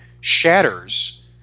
shatters